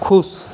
खुश